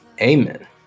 Amen